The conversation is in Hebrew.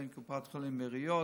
בין קופות החולים לעיריות,